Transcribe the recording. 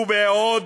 ובעוד